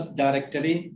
directory